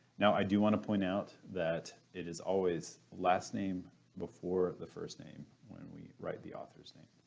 now, i do want to point out that it is always last name before the first name when we write the author's name.